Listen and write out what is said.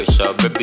Baby